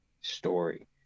story